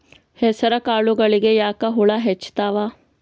ಹೆಸರ ಕಾಳುಗಳಿಗಿ ಯಾಕ ಹುಳ ಹೆಚ್ಚಾತವ?